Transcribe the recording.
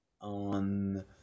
on